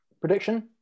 prediction